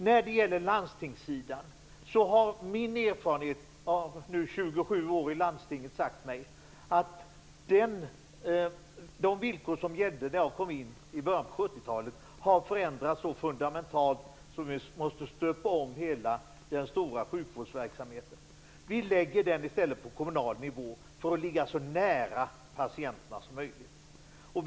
När det gäller landstingssidan har min erfarenhet av nu 27 år i landstinget sagt mig att de villkor som gällde när jag kom in i landstinget i början på 70-talet har förändrats så fundamentalt att vi måste stöpa om hela den stora sjukvårdsverksamheten. Vi föreslår i stället att ansvaret för sjukvårdsverksamheten skall ligga på kommunal nivå för att den skall ligga så nära patienterna som möjligt.